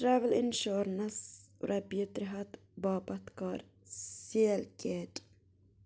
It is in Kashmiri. ٹرٛاوٕل اِنشورنٕس رۄپیہِ ترٛےٚ ہَتھ باپتھ کَر سِیَلکٮ۪ٹ